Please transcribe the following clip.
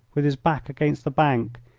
with his back against the bank,